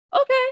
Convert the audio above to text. okay